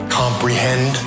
comprehend